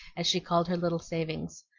as she called her little savings.